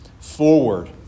forward